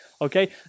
Okay